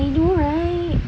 I know right